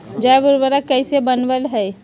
जैव उर्वरक कैसे वनवय हैय?